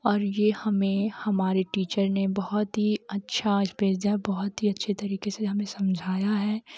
और यह हमें हमारे टीचर ने बहुत ही अच्छा है बहुत ही अच्छा तरीके से समझाया है